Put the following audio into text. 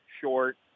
short